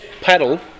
paddle